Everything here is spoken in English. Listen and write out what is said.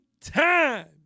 time